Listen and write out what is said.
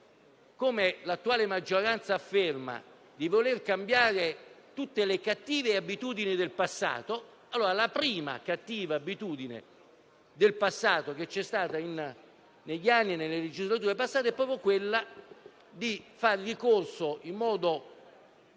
come l'attuale maggioranza afferma, che si vogliono cambiare tutte le cattive abitudini del passato, allora la prima cattiva abitudine che c'è stata negli anni e nelle legislature del passato è proprio quella di far ricorso in modo